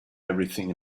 everything